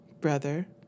brother